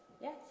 Yes